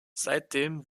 seitdem